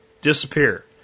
disappear